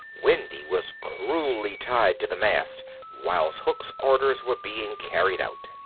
wendy was cruelly tied to the mast whilst hook's orders were being carried out.